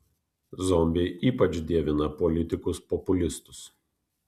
zombiai ypač dievina politikus populistus